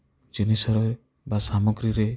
ଜିନିଷରେ ବା ସାମଗ୍ରୀରେ